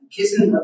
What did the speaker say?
Kissing